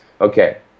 okay